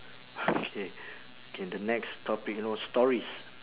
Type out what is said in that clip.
okay K the next topic you know stories